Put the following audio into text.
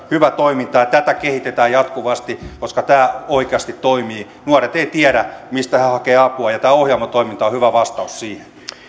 hyvää toimintaa ja tätä kehitetään jatkuvasti koska tämä oikeasti toimii nuoret eivät tiedä mistä he hakevat apua ja tämä ohjaava toiminta on hyvä vastaus siihen